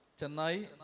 Chennai